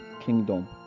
kingdom